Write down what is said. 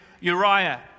Uriah